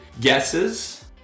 guesses